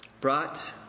brought